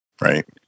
Right